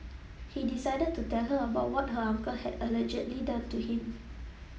he decided to tell her about what her uncle had allegedly done to him